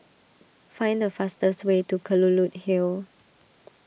find the fastest way to Kelulut Hill